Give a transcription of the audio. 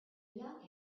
young